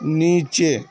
نیچے